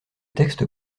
texte